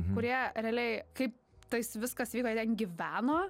kurie realiai kaip tas viskas įvyko ten gyveno